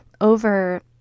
over